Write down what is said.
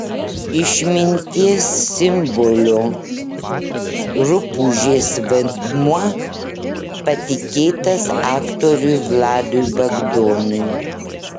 išminties simbolio rupūžės vaidmuo patikėtas aktoriui vladui bagdonui